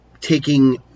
taking